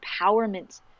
empowerment